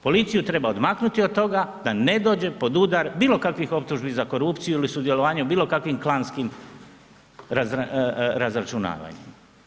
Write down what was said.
Policiju treba odmaknuti od toga da ne dođe pod udar bilo kakvih optužbi za korupciju ili sudjelovanje u bilo kakvim klanskim razračunavanjima.